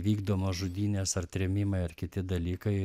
vykdomos žudynės ar trėmimai ar kiti dalykai